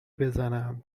بزنم